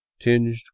tinged